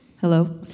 Hello